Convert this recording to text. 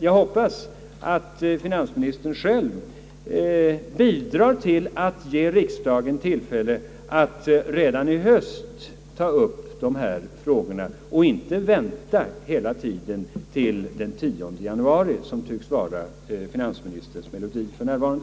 Jag hoppas dock att finansministern själv bidrager till att ge riksdagen tillfälle att redan i höst ta upp dessa frågor och inte vänta till efter den 10 januari, vilket tycks vara finansministerns melodi för närvarande.